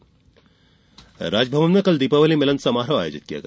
राजभवन राजभवन में कल दीपावली मिलन समारोह आयोजित किया गया